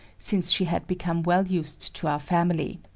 since she had become well used to our family.